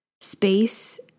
space